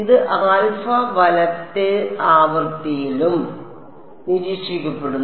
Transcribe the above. ഇത് ആൽഫ വലത് ആവൃത്തിയിലും എല്ലാം നിരീക്ഷിക്കപ്പെടുന്നു